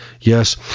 Yes